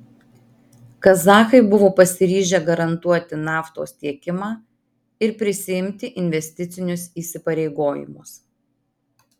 kazachai buvo pasiryžę garantuoti naftos tiekimą ir prisiimti investicinius įsipareigojimus